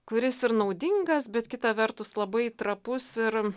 kuris ir naudingas bet kita vertus labai trapus ir